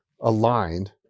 aligned